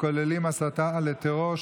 הכוללות הסתה לטרור,